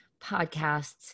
podcasts